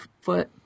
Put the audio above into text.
foot